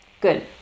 Good